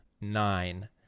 nine